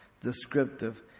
descriptive